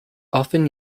often